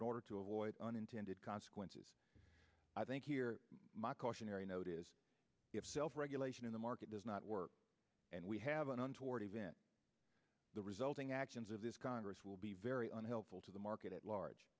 in order to avoid unintended consequences i think here my cautionary note is if self regulation in the market does not work and we have an untoward event the resulting actions of this congress will be very unhelpful to the market at large